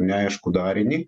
neaiškų darinį